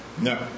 No